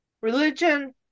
Religion